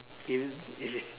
if if it's